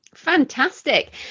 Fantastic